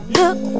look